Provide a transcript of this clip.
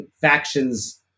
factions